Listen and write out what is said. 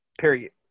period